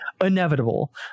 inevitable